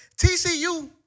TCU